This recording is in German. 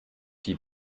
die